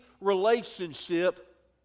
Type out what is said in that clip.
relationship